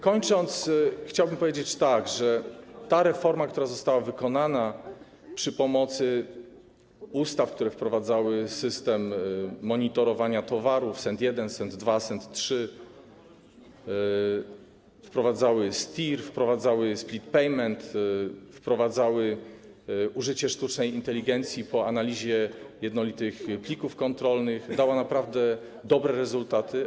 Kończąc, chciałbym powiedzieć, że ta reforma, która została zrealizowana za pomocą ustaw, które wprowadzały system monitorowania towarów SENT1, SENT2, SENT3, wprowadzały STIR, wprowadzały split payment, wprowadzały użycie sztucznej inteligencji po analizie jednolitych plików kontrolnych, dała naprawdę dobre rezultaty.